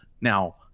Now